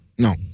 No